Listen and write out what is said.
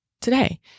today